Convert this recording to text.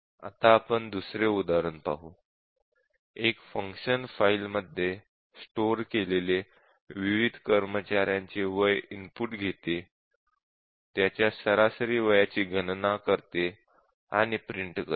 आता आपण दुसरे उदाहरण पाहू एक फंक्शन फाईल मध्ये स्टोर केलेले विविध कर्मचाऱ्यांचे वय इनपुट घेते त्यांच्या सरासरी वयाची गणना करते आणि प्रिंट करते